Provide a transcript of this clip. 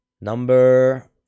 Number